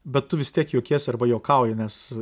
bet tu vis tiek juokiesi arba juokauji nes